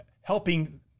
helping